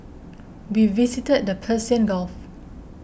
we visited the Persian Gulf